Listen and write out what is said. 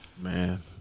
Man